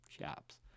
shops